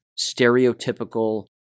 stereotypical